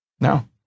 no